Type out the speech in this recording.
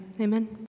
Amen